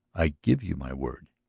i give you my word,